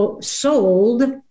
sold